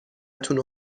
تون